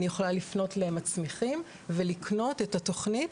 אני יכולה לפנות למצמיחים ולקנות את התוכנית,